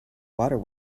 water